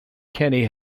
kenny